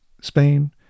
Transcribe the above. Spain